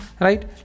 right